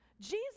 Jesus